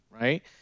right